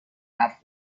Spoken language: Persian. حرف